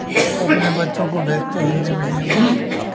अपने बच्चों को भेजते हैं हिन्दी मिडियम में